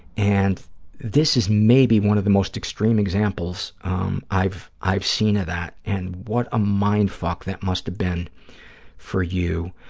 and this is maybe one of the most extreme examples i've i've seen of that, and what a mind fuck that must have been for you.